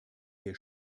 wir